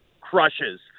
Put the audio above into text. crushes